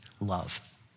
love